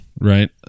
right